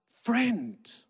friend